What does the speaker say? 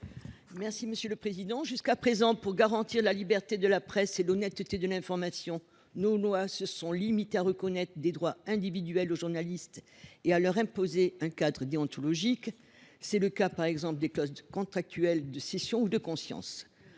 Mme Monique de Marco. Jusqu’à présent, pour garantir la liberté de la presse et l’honnêteté de l’information, nos lois se sont bornées à reconnaître des droits individuels aux journalistes et à leur imposer un cadre déontologique. Je pense, par exemple, aux clauses contractuelles de cession ou de conscience.